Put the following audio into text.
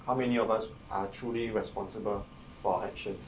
how many of us are truly responsible for our actions